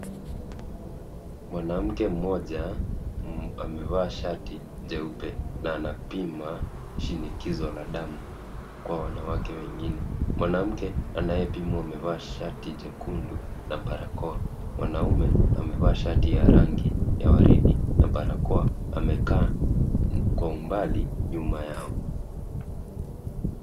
Mwanamke mmoja, amevaa shati jeupe na anapima shinikizo la damu kwa wanawake wengine, mwanamke anayepimwa amevaa shati jekundu na barakoa mwanaume amevaa shati ya rangi ya waridi na barakoa, amekaa kwa umbali nyuma yao.